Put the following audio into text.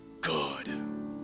good